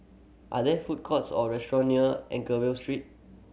are there food courts or restaurant near Anchorvale Street